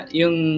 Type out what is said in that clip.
yung